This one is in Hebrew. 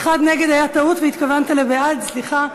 והאחד נגד היה טעות, התכוונת לבעד, סליחה.